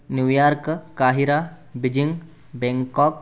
New York Cairo Beijing Bangkok